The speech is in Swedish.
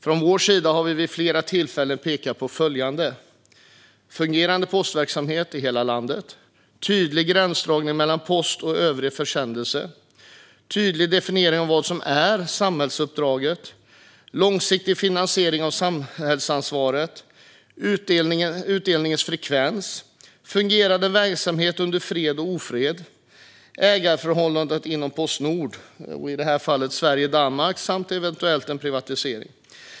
Från vår sida har vi vid flera tillfällen pekat på följande: fungerande postverksamhet i hela landet tydlig gränsdragning mellan post och övriga försändelser tydlig definiering av vad som är samhällsuppdraget långsiktig finansiering av samhällsansvaret utdelningsfrekvens fungerande verksamhet under fred och ofred ägarförhållandet inom Postnord, i detta fall mellan Sverige och Danmark, och en eventuell privatisering.